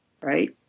right